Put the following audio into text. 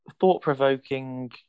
thought-provoking